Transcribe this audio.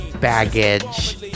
baggage